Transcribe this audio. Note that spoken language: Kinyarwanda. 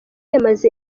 yamaze